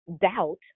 doubt